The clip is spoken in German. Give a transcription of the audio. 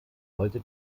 heute